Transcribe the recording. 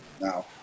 Now